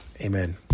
Amen